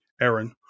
Aaron